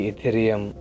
Ethereum